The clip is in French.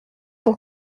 pour